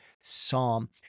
Psalm